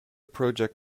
project